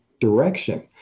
direction